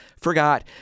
forgot